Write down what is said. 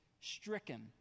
stricken